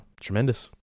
Tremendous